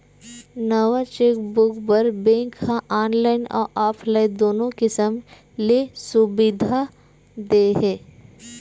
नवा चेकबूक बर बेंक ह ऑनलाईन अउ ऑफलाईन दुनो किसम ले सुबिधा दे हे